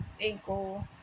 ankle